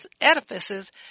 edifices